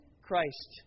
Christ